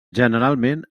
generalment